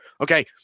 Okay